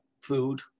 food